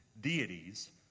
deities